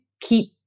keep